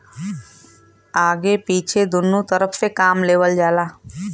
आगे पीछे दुन्नु तरफ से काम लेवल जाला